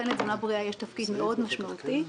לתזונה בריאה יש תפקיד משמעותי מאוד.